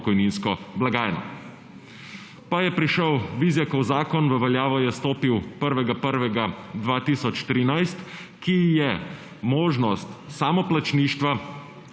pokojninsko blagajno. Pa je prišel Vizjakov zakon, v veljavo je stopil 1. januarja 2013, ki je možnost samoplačništva